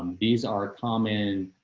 um these are common.